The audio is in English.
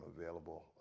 available